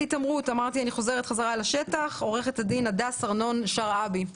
אני חוזרת חזרה לשטח: עורכת הדין הדס ארנון שרעבי,